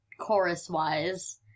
chorus-wise